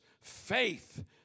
faith